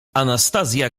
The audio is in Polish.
anastazja